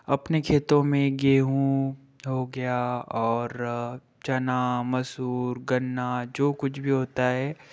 अपने खेतों में गेहूँ हो गया और चना मसूर गन्ना जो कुछ भी होता है